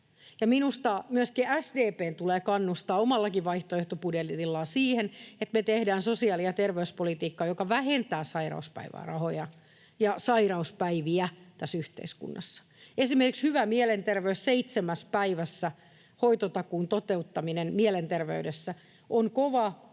Minusta myöskin SDP:n tulee kannustaa omallakin vaihtoehtobudjetillaan siihen, että me tehdään sosiaali‑ ja terveyspolitiikkaa, joka vähentää sairauspäivärahoja ja sairauspäiviä tässä yhteiskunnassa. Esimerkiksi hyvä mielenterveys: seitsemässä päivässä hoitotakuun toteuttaminen mielenterveydessä on kova